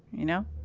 you know